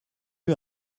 eut